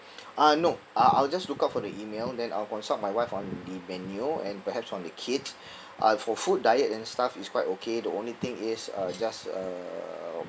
ah no uh I'll just look out for the email then I'll consult my wife on the menu and perhaps on the kids uh for food diet and stuff it's quite okay the only thing is uh just uh